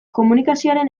komunikazioaren